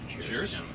cheers